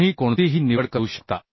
तुम्ही कोणतीही निवड करू शकता